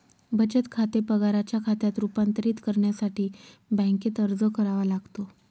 बचत खाते पगाराच्या खात्यात रूपांतरित करण्यासाठी बँकेत अर्ज करावा लागतो